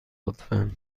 لطفا